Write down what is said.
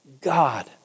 God